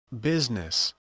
business